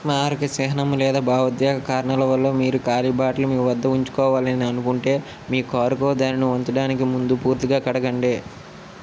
స్మారక చిహ్నం లేదా భావోద్వేగ కారణాల వల్ల మీరు ఖాళీ బాటిల్ మీ వద్ద ఉంచుకోవాలని అనుకుంటే మీ కారుకో దానిని ఉంచడానికి ముందు పూర్తిగా కడగండి